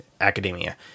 Academia